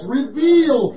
reveal